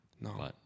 No